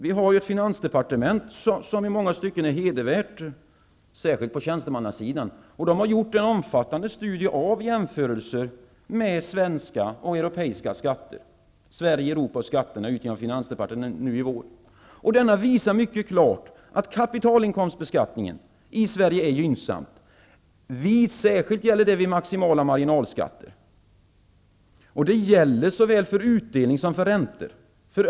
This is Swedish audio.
Vi har ett finansdepartement, som i många stycken är hedervärt -- särskilt på tjänstemannasidan. De har gjort en omfattande studie och jämfört svenska och europeiska skatter. Rapporten heter Sverige, Europa och skatterna och gavs ut av finansdepartementet i våras. Rapporten visar klart att kapitalinkomstbeskattningen i Sverige är gynnsam. Särskilt gäller det vid maximala marginalskatter, och det gäller såväl för utdelning som för räntor.